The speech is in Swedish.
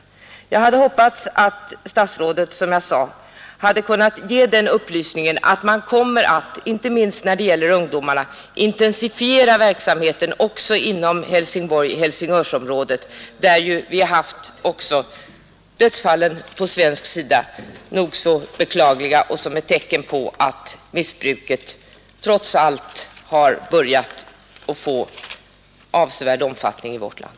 Som jag sade hade jag hoppats att statsrådet skulle ha kunnat ge den upplysningen att man, inte minst när det gäller ungdomarna, kommer att intensifiera verksamheten också inom Helsingborg-Helsingörsområdet där vi haft beklagliga dödsfall på svensk sida — ett tecken på att missbruket trots allt börjat få avsevärd omfattning i vårt land.